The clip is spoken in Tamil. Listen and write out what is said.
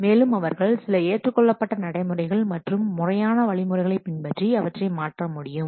மேலும் அவர்கள் சில ஏற்றுக்கொள்ளப்பட்ட நடைமுறைகள் மற்றும் முறையான வழிமுறைகளை பின்பற்றி அவற்றை மாற்ற முடியும்